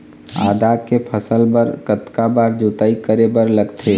आदा के फसल बर कतक बार जोताई करे बर लगथे?